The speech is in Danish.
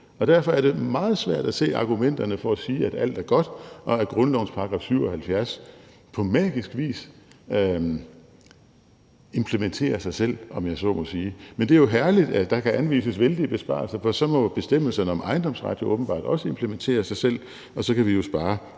derfor er det meget svært at se argumenterne for at sige, at alt er godt, og at grundlovens § 77 på magisk vis implementerer sig selv, om jeg så må sige. Men det er jo herligt, at der kan anvises vældige besparelser, for så må bestemmelserne om ejendomsret åbenbart også implementere sig selv – og så kan vi jo spare